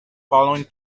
following